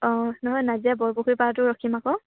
অঁ নহয় নাাজিৰা বৰপুখুৰী পাৰটো ৰখিম আকৌ